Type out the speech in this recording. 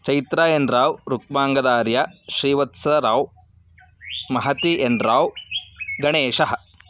Chaitra N Rao Rukmangadarya Srivatsa Rao Mahati N Rao गणेशः